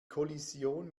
kollision